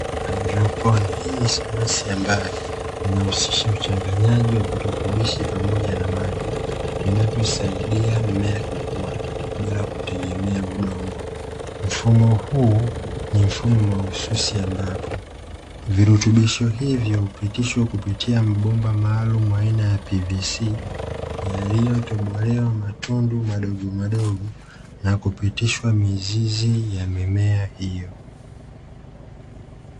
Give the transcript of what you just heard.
Haidroponi hii ni sayansi ambayo inahusisha uchanganyaji wa virutubishio pamoja na maji vinavyo saidia mmea kukua bila kutegemea udongo. Mfumo huu ni mfumo mahususi ambapo virutubisho hivyo hupitishwa kupitia mabomba maarumu aina ya 'PVC' yaliyo tobolewa matundu madomadogo na kupitishwa mizizi ya mimea hiyo.